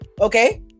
okay